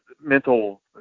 mental